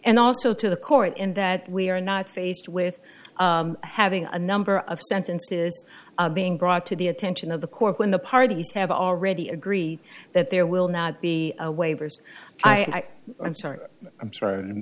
and also to the court in that we are not faced with having a number of sentences being brought to the attention of the court when the parties have already agreed that there will not be a waivers i am sorry i'm sorry didn't